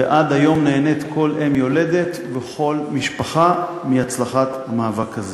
ועד היום נהנית כל אם יולדת וכל משפחה מהצלחת המאבק הזה,